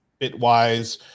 Bitwise